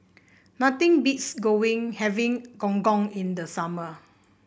nothing beats going having Gong Gong in the summer